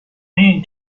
men